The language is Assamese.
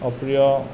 অপ্ৰিয়